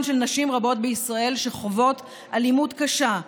של נשים רבות בישראל שחוות אלימות קשה,